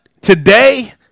Today